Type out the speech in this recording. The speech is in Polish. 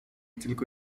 tylko